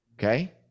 okay